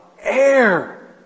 air